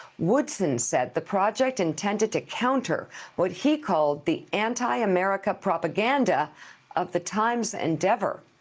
woodson said the project intended to counter what he called the anti-america propaganda of the times endeavor.